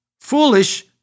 Foolish